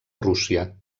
rússia